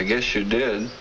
i guess you did